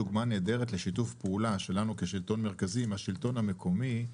יש פה דוגמה נהדרת לשיתוף פעולה שלנו כשלטון מרכזי עם השלטון המקומי.